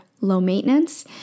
low-maintenance